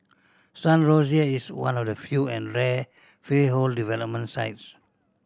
Sun Rosier is one of the few and rare freehold development sites